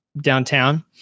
downtown